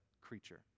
creature